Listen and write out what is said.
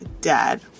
dad